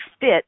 fit